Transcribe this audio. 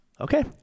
okay